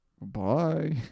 Bye